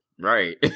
Right